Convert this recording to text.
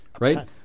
Right